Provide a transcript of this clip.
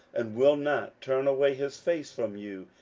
and will not turn away his face from you,